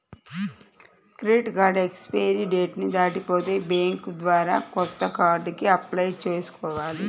credit card expiry date ని దాటిపోతే bank ద్వారా కొత్త కార్డుకి అప్లై చేసుకోవాలి